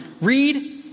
read